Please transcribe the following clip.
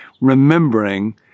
remembering